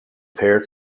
pair